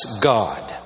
God